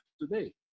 today